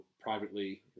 privately